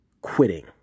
quitting